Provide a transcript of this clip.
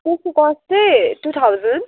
त्यसको त यस्तै टू थाउजन्ड